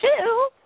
two